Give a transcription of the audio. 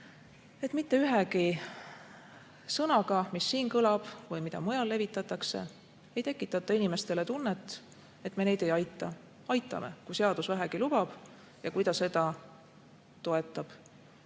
et mitte ühegi sõnaga, mis siin kõlab või mida mujal levitatakse, ei tekitata inimestele tunnet, et me neid ei aita. Aitame, kui seadus vähegi lubab ja seda toetab.